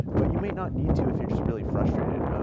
but you might not need to if you're just really frustrated.